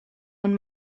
own